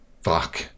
Fuck